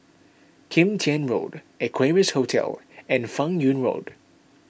Kim Tian Road Equarius Hotel and Fan Yoong Road